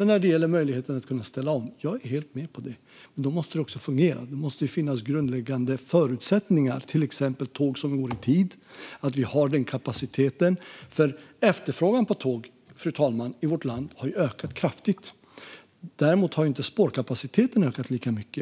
När det gäller möjligheten att ställa om: Jag är helt med på det. Men då måste det också fungera. Det måste finnas grundläggande förutsättningar, till exempel tåg som går i tid. Det krävs att vi har den kapaciteten, för efterfrågan på tåg, fru talman, har ökat kraftigt i vårt land. Däremot har inte spårkapaciteten ökat lika mycket.